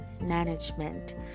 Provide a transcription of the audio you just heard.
management